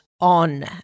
on